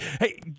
Hey